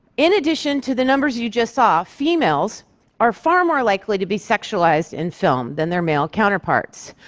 in addition to the numbers you just saw, females are far more likely to be sexualized in film than their male counterparts.